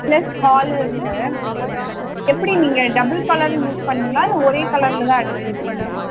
plus hall இருக்குது எப்படி நீங்கள் டபுள் கலர் யூஸ் பண்ணுவீங்களா இல்லை ஓரே கலரில் தான் அடித்து கொடுப்பீங்களா